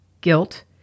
guilt